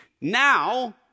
Now